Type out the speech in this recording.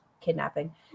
kidnapping